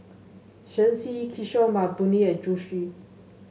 Shen Xi Kishore Mahbubani and Zhu Xu